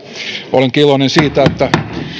olenkin iloinen siitä että